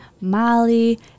Molly